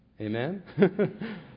Amen